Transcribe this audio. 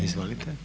Izvolite.